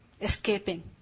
escaping